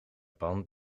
pan